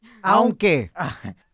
Aunque